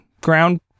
ground